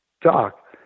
doc